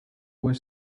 was